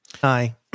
Hi